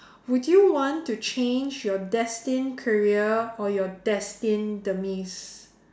would you want to change your destined career or your destined demise